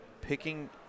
picking